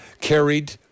carried